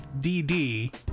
DD